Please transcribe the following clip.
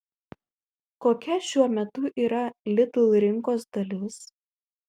kokia šiuo metu yra lidl rinkos dalis